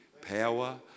power